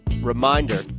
Reminder